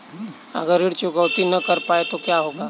अगर ऋण चुकौती न कर पाए तो क्या होगा?